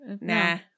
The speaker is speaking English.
Nah